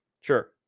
Sure